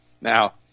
Now